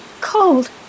Cold